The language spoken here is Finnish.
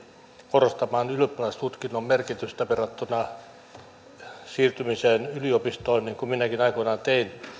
korostamaan ylioppilastutkinnon merkitystä siirtymisessä yliopistoon niin kuin minäkin aikoinaan tein